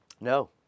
No